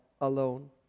alone